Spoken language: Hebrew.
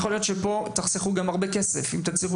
יכול להיות שגם תחסכו פה הרבה כסף אם תצליחו